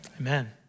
amen